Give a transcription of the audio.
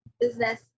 business